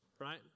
right